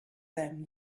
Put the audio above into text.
them